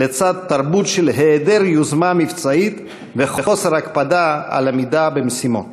בצדה של תרבות של היעדר יוזמה מבצעית וחוסר הקפדה על עמידה במשימות".